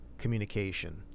Communication